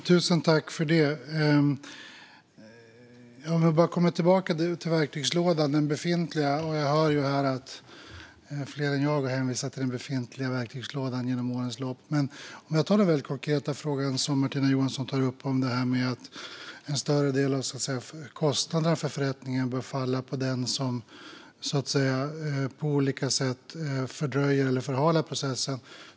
Herr talman! Jag kommer tillbaka till den befintliga verktygslådan. Jag hör att fler än jag har hänvisat till den genom årens lopp. Men Martina Johansson tar upp den konkreta frågan om att en större del av kostnaden för förrättningen bör falla på den som på olika sätt fördröjer eller förhalar processen.